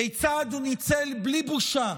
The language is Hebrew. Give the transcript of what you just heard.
כיצד הוא ניצל בלי בושה